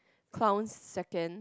clown's second